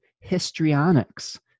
histrionics